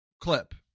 clip